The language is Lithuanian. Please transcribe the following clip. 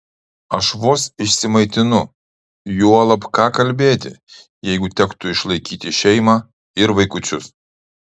aš vos išsimaitinu juolab ką kalbėti jeigu tektų išlaikyti šeimą ir vaikučius